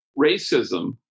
racism